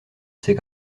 ses